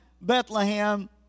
Bethlehem